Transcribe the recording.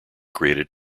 created